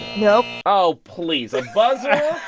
nope oh, please. a buzzer?